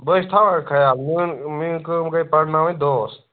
بٕے چھُس تھاوان خیال میٲنۍ میٛٲنۍ کٲم گٔے پَرناوٕنۍ دۄہَس